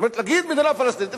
זאת אומרת: להגיד מדינה פלסטינית,